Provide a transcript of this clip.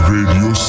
Radio